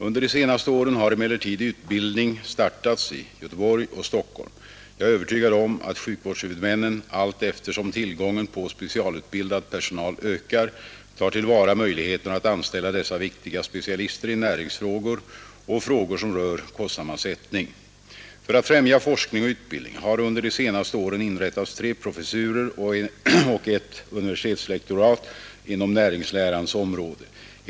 Under de senaste åren har emellertid utbildning startats i Göteborg och Stockholm. Jag är övertygad om att sjukvårdshuvudmännen — allteftersom tillgången på specialutbildad personal ökar — tar till vara möjligheterna att anställa dessa viktiga specialister i näringsfrågor och frågor som rör kostsammansättning. För att främja forskning och utbildning har under de senaste åren inrättats tre professurer och ett universitetslektorat inom näringslärans område.